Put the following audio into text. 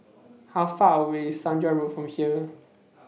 How Far away IS Saujana Road from here